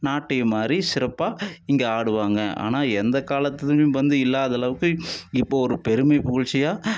நாட்டியம் மாதிரி சிறப்பாக இங்கே ஆடுவாங்க ஆனால் எந்த காலத்திதும் வந்து இல்லாத அளவுக்கு இப்போ ஒரு பெருமை புகழ்ச்சியாக